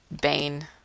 Bane